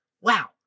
wow